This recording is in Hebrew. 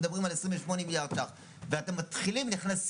מדברים על 28 מיליארד שקלים חדשים ואתם מתחילים בגירעון,